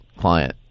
client